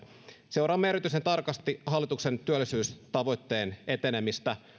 seuraamme erityisen tarkasti hallituksen työllisyystavoitteen etenemistä